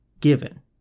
given